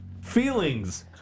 Feelings